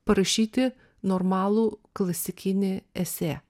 parašyti normalų klasikinį esė